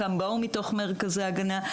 שחלקם באו מתוך מרכזי ההגנה.